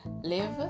Live